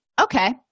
Okay